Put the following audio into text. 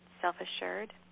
self-assured